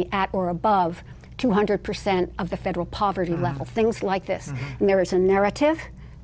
we at or above two hundred percent of the federal poverty level things like this and there is a narrative